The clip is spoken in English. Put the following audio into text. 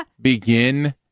Begin